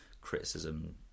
criticism